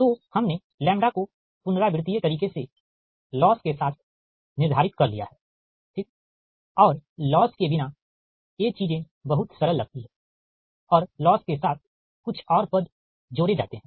तो हमने लैम्ब्डा को पुनरावृतिय तरीके से लॉस के साथ निर्धारित कर लिया है ठीक और लॉस के बिना ये चीजें बहुत सरल लगती हैं और लॉस के साथ कुछ और पद जोड़े जाते हैं